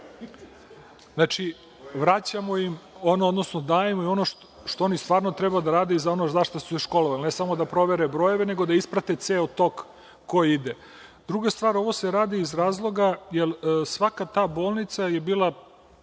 Znači, vraćamo im, odnosno dajemo im ono što oni stvarno treba da rade i za ono šta su se školovali, ne samo da provere brojeve nego i da isprate ceo tok koji ide. Druga stvar, ovo se radi iz razloga jer je svaka ta bolnica bila